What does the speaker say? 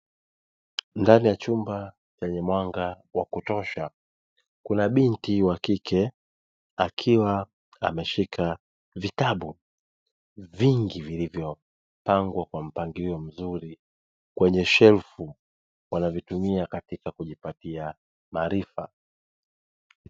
Ndani ya chumba chenye mwanga wa kutosha kuna binti wa kike akiwa ameshika vitabu vingi vilivyopangwa kwa mpangilio mzuri kwenye shelfu, wanavitumia katika kujipatia maarifa.